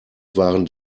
waren